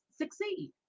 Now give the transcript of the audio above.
succeed